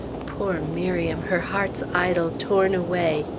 poor miriam! her heart's idol torn away.